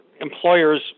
employers